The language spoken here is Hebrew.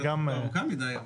תקופה ארוכה מידי.